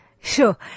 sure